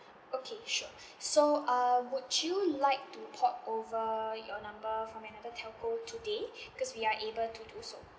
okay sure so err would you like to port over your number from another telco today because we are able to do so